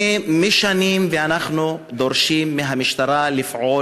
שנים אנחנו דורשים מהמשטרה לפעול